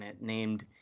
named